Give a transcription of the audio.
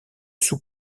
sous